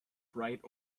bright